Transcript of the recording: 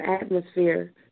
atmosphere